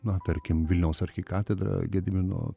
na tarkim vilniaus arkikatedra gedimino